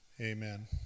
Amen